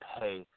pay